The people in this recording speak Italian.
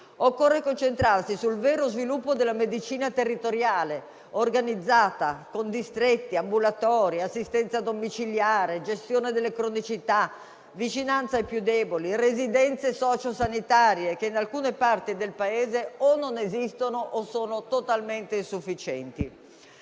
Occorre concentrarsi sul vero sviluppo della medicina territoriale organizzata con distretti, ambulatori, assistenza domiciliare, gestione delle cronicità, vicinanza ai più deboli, residenze socio-sanitarie (che in alcune parti del Paese o non esistono o sono totalmente insufficienti).